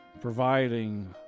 providing